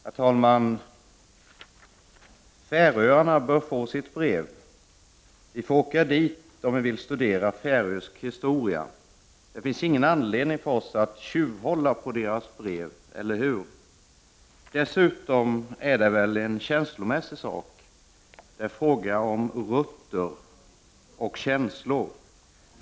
Herr talman! Monica Kronlund från Bandhagen säger följande i ett brev ”Färöarna bör få sitt brev. Vi får åka dit om vi vill studera färöisk historia. Det finns ingen anledning för oss att tjyvhålla på deras brev. Eller hur? Dessutom är det väl en känslomässig sak. Det är fråga om ”rötter” och känslor.